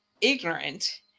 ignorant